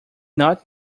not